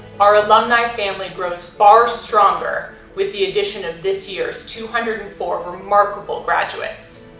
our alumni family grows far stronger with the addition of this year's two hundred and four remarkable graduates.